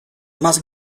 más